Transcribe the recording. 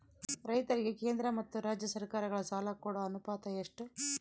ರೈತರಿಗೆ ಕೇಂದ್ರ ಮತ್ತು ರಾಜ್ಯ ಸರಕಾರಗಳ ಸಾಲ ಕೊಡೋ ಅನುಪಾತ ಎಷ್ಟು?